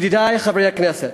ידידי חברי הכנסת.